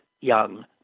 young